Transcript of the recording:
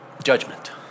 judgment